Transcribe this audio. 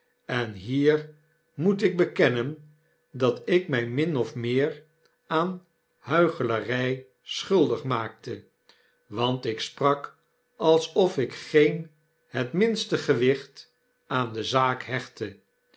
en hier moet ikbekennen dat ik my min of meer aan huichelary schuldig maakte wantiksprak alsof ik geen het minste gewicht aan de zaak hechtte